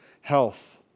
health